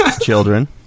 Children